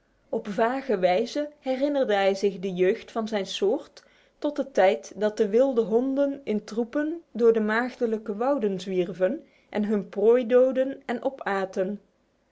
op vage wijze herinnerde hij zich de jeugd van zijn soort tot de tijd dat de wilde honden in troepen door de maagdelijke wouden zwierven en hun prooi doodden en opaten